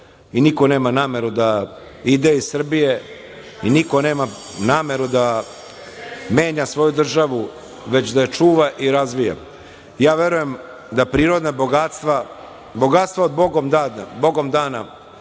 i niko nema nameru da ide iz Srbije i niko nema nameru da menja svoju državu, već da je čuva i razvija. Ja verujem da prirodna bogatstva, bogatstvo bogom dana treba na